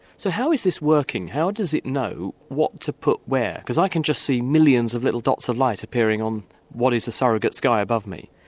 so how is this working? how does it know what to put where? because i can just see millions of little dots of light appearing on what is a surrogate sky above me.